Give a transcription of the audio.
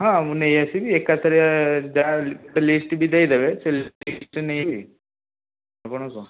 ହଁ ମୁଁ ନେଇ ଆସିବି ଏକାଥରେ ଯାହା ଗୋଟେ ଲିଷ୍ଟବି ଦେଇଦେବେ ସେ ଲିଷ୍ଟ ନେଇଯିବି ଆପଣଙ୍କ